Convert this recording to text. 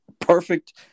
perfect